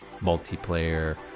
multiplayer